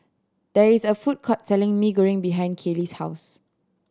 there is a food court selling Mee Goreng behind Caylee's house